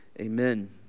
amen